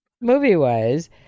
Movie-wise